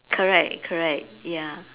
correct correct ya